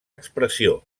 expressió